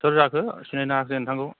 सोर जाखो सिनायनो हायाखै नोंथांखौ